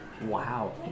Wow